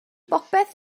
bopeth